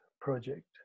project